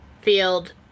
field